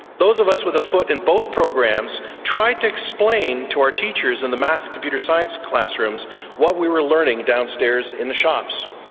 those of us with a foot in both programs tried to explain to our teachers in the maths and computer science classrooms what we were learning downstairs in the shops.